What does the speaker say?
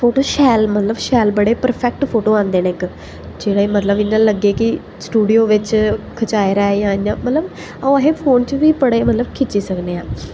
photo शैल मतलब शैल बड़े परफेक्ट फोटो आंदे न इक जेह्ड़े मतलब इ'यां लग्गे कि स्टुडियो बिच खचाए दा ऐ जां इ'यां मतलब ओह् अस फोन च बी बड़े मतलब खिच्ची सकने आं